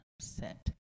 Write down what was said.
set